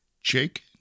Jake